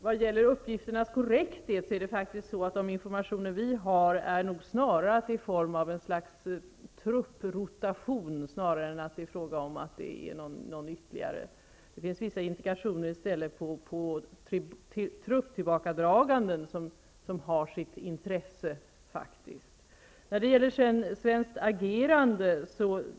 Fru talman! Det är en fråga om uppgifternas korrekthet. De informationer vi har tyder på att det snarare är en form av trupprotation som pågår. Det finns i stället vissa indikationer på ett trupptillbakadragande som har sitt intresse.